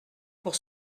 pour